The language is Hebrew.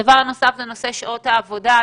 הדבר הנוסף זה נושא שעות העבודה.